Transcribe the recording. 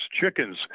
chickens